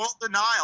denial